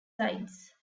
sides